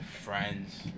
friends